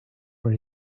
for